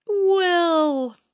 well-